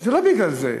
זה לא בגלל זה.